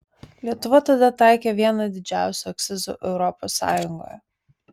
lietuva tada taikė vieną didžiausių akcizų europos sąjungoje